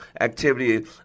activity